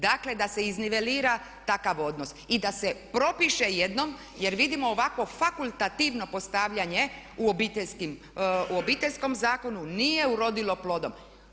Dakle da se iznivelira takav odnos i da se propiše jednom jer vidimo ovako fakultativno postavljanje u obiteljskom zakonu nije urodilo plodom.